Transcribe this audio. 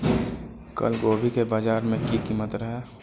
कल गोभी के बाजार में की कीमत रहे?